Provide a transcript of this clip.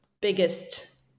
biggest